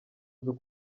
nzu